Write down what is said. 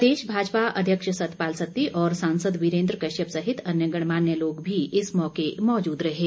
प्रदेश भाजपा अध्यक्ष सतपाल सत्ती और सांसद वीरेंद्र कश्यप सहित अन्य गणमान्य लोग भी इस मौजूद रहे थे